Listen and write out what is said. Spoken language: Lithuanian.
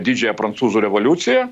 didžiąją prancūzų revoliuciją